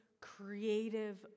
creative